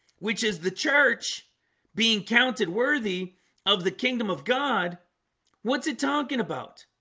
which is the church being counted worthy of the kingdom of god what's it talking? about